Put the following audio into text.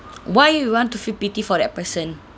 why you want to feel pity for that person